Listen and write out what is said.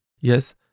Yes